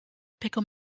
pickle